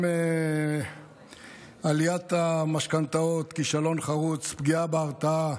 גם עליית המשכנתאות, כישלון חרוץ, פגיעה בהרתעה,